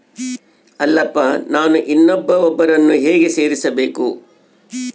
ಅಲ್ಲಪ್ಪ ನಾನು ಇನ್ನೂ ಒಬ್ಬರನ್ನ ಹೇಗೆ ಸೇರಿಸಬೇಕು?